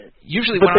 usually